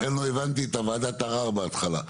לכן לא הבנתי את ועדת הערער בהתחלה.